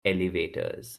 elevators